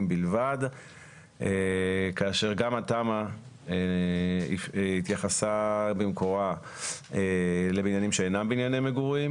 בלבד כאשר גם התמ"א התייחסה במקורה לבניינים שאינם בנייני מגורים